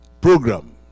program